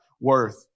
worth